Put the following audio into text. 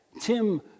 Tim